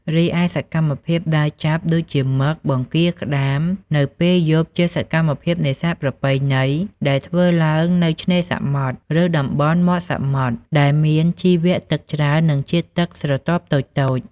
រីឯសកម្មភាពដើរចាប់ដូចជាមឹក បង្គារ ក្តាម នៅពេលយប់ជាសកម្មភាពនេសាទប្រពៃណីដែលធ្វើឡើងនៅឆ្នេរសមុទ្រ ឬតំបន់មាត់សមុទ្រដែល មានជីវៈទឹកច្រើន និងជាតិទឹកស្រទាប់តូចៗ។